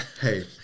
Hey